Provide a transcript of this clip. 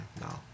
no